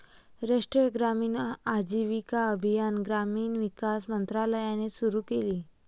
राष्ट्रीय ग्रामीण आजीविका अभियान ग्रामीण विकास मंत्रालयाने सुरू केले